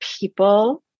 people